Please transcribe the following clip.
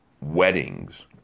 weddings